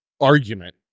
argument